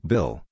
Bill